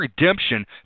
redemption